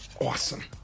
awesome